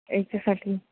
याच्यासाठी